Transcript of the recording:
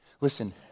Listen